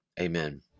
Amen